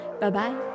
Bye-bye